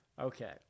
Okay